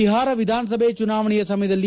ಬಿಹಾರ ವಿಧಾನಸಭೆ ಚುನಾವಣೆಯ ಸಮಯದಲ್ಲಿ